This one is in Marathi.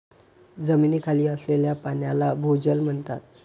जमिनीखाली असलेल्या पाण्याला भोजल म्हणतात